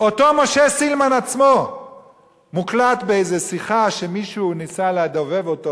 אותו משה סילמן עצמו מוקלט באיזו שיחה שמישהו ניסה לדובב אותו,